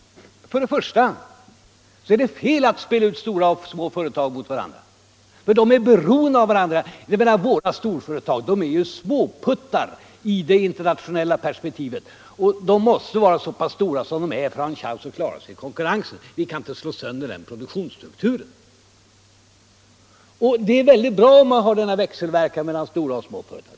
För det första är det fel att spela ut stora och små företag mot varandra, för de är beroende av varandra. Våra småföretag är ju småputtar i det internationella perspektivet, och de måste vara så pass stora som de är för att ha en chans att klara sig i konkurrensen. Vi kan inte slå sönder den produktionsstrukturen, och det är väldigt bra om man har denna växelverkan mellan stora och små företag.